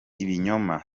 ibinyoma